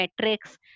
metrics